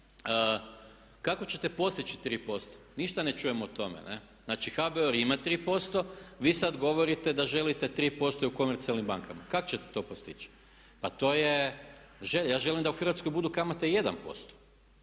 kako ćete postići 3%, ništa ne čujemo o tome. Znači HBOR ima 3%, vi sada govorite da želite 3% i u komercijalnim bankama. Kako ćete to postići? Pa to je, ja želim da u Hrvatskoj budu kamate 1%.